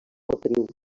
motriu